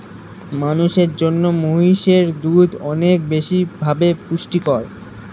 মানুষের জন্য মহিষের দুধ অনেক বেশি ভাবে পুষ্টিকর